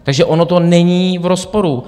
Takže ono to není v rozporu.